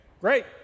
great